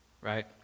right